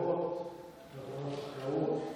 גזרות על חקלאות.